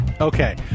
Okay